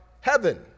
heaven